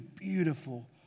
beautiful